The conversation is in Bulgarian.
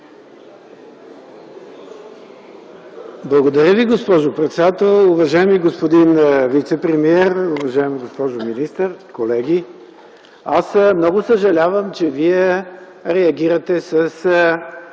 Благодаря Ви, госпожо председател. Уважаеми господин вицепремиер, уважаема госпожо министър, колеги! Аз много съжалявам, че Вие реагирате